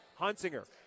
Hunsinger